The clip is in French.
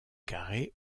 carré